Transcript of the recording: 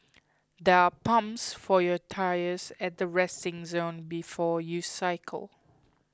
there are pumps for your tyres at the resting zone before you cycle